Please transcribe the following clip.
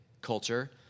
culture